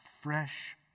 fresh